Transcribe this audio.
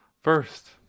first